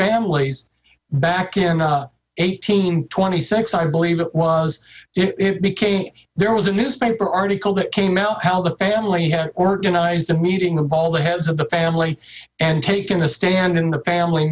families back in the eighteen twenty six i believe it was it became there was a newspaper article that came out how the family had organized a meeting of all the heads of the family and taken a stand in the family